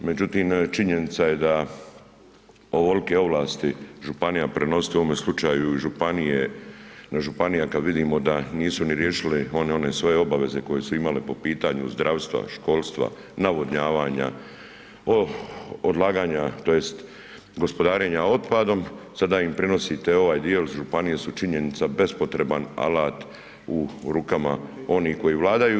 Međutim, činjenica je da ovolike ovlasti županija prenositi u ovome slučaju na županije kada vidimo da nisu ni riješile one svoje obaveze koje su imale po pitanju zdravstva, školstva, navodnjavanja, gospodarenja otpadom sada im prenosite ovaj dio jel županije su činjenica bespotreban alat u rukama onih koji vladaju.